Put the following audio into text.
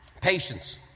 Patience